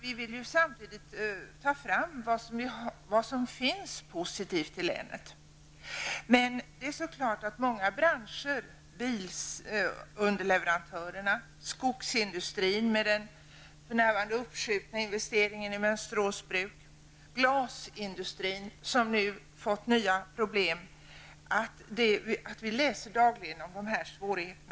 Vi vill samtidigt ta fram det positiva som finns i länet. Men många branscher, t.ex. underleverantörer till bilindustrin, skogsindustrin -- med den uppskjutna investeringen i Mönsterås bruk -- och glasindustrin har nu fått nya problem. Vi läser dagligen om dessa svårigheter.